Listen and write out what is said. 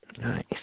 Nice